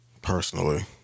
Personally